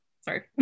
Sorry